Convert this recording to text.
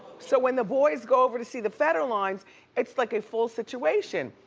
so when the boys go over to see the federlines it's like a full situation.